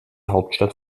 hauptstadt